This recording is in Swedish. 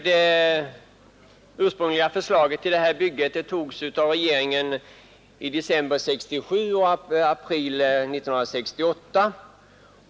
Det ursprungliga förslaget till detta bygge antogs av regeringen i december 1967 och i april 1968.